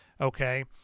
Okay